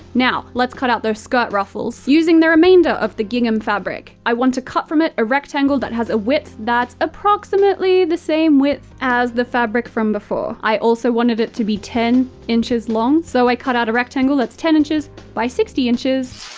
now, let's cut out those skirt ruffles. using the remainder of the gingham fabric, i want to cut from it a rectangle that has a width that's approximately the same width as the fabric from before. i also wanted it to be ten inches long, so i cut out a rectangle that's ten inches by sixty inches.